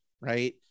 right